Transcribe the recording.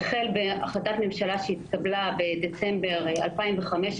זה החל בהחלטת ממשלה שהתקבלה בדצמבר 2015,